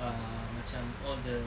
ah macam all the